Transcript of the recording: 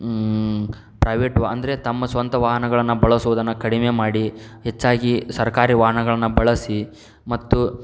private ವ ಅಂದರೆ ತಮ್ಮ ಸ್ವಂತ ವಾಹನಗಳನ್ನು ಬಳಸುವುದನ್ನು ಕಡಿಮೆ ಮಾಡಿ ಹೆಚ್ಚಾಗಿ ಸರ್ಕಾರಿ ವಾಹನಗಳನ್ನು ಬಳಸಿ ಮತ್ತು